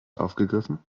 aufgegriffen